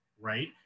right